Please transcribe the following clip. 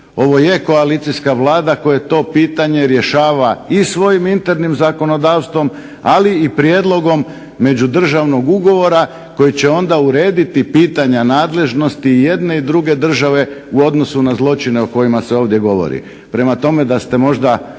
Ovo je koalicijska Vlada koja to pitanje rješava i svojim internim zakonodavstvom, ali i prijedlogom međudržavnog ugovora koji će onda urediti pitanja nadležnosti i jedne i druge države u odnosu na zločine o kojima se ovdje govori.